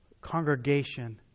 congregation